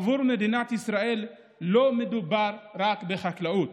עבור מדינת ישראל לא מדובר רק בחקלאות.